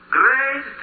great